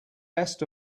best